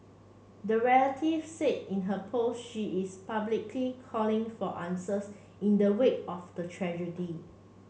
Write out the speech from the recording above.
the relative said in her post she is publicly calling for answers in the wake of the tragedy